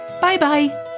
Bye-bye